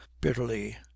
Bitterly